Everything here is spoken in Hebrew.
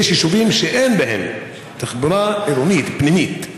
יש יישובים שאין בהם תחבורה עירונית פנימית,